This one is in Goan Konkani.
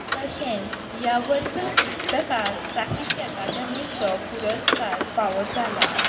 तशेंच ह्या वर्सल पुस्तकाक साहित्य अकादमीचो पुरस्कार फावो जाला